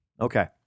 Okay